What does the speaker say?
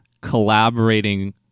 collaborating